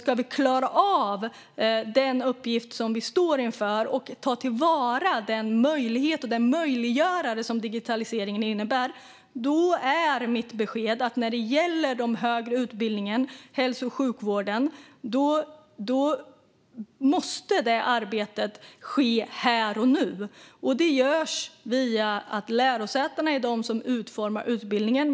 Ska vi klara av den uppgift som vi står inför och ta till vara den möjlighet och möjliggörare som digitaliseringen innebär är dock mitt besked att när det gäller den högre utbildningen inom hälso och sjukvården måste arbetet ske här och nu. Det görs via att lärosätena är de som utformar utbildningen.